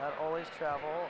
always travel